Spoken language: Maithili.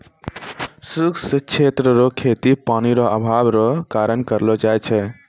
शुष्क क्षेत्र रो खेती पानी रो अभाव रो कारण करलो जाय छै